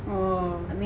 oo